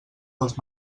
dels